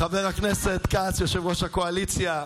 חבר הכנסת כץ, יושב-ראש הקואליציה,